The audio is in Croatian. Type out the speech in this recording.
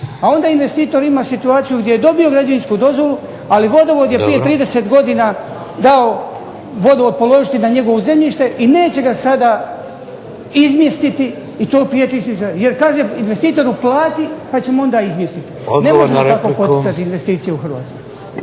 a onda investitor ima situaciju gdje je dobio građevinsku dozvolu, ali vodovod je prije 30 godina dao vodovod položiti na njegovo zemljište i neće ga sada izmjestiti i to .../Govornik se ne razumije./... jer kaže investitoru plati, pa ćemo onda izmjestiti. Ne možemo tako poticati investicije u Hrvatskoj.